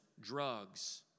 drugs